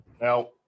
Now